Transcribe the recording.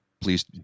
please